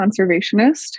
conservationist